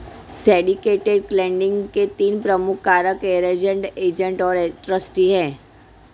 syndicated lending के तीन प्रमुख कारक अरेंज्ड, एजेंट और ट्रस्टी हैं